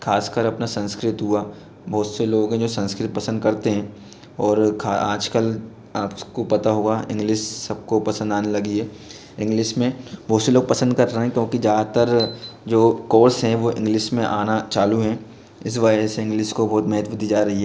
खासकर अपना संस्कृत हुआ बहुत से लोग हैं जो संस्कृत पसंद करते हैं और आजकल आप को पता होगा इंग्लिस सब को पसंद आने लगी है इंग्लिस में बहुत से लोग पसंद कर रहे हैं क्योंकि ज़्यादातर जो कोर्स हैं वो इंग्लिस में आना चालू हैं इस वजह से इंग्लिस को बहुत महत्व दी जा रही